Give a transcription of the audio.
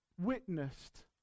witnessed